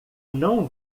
não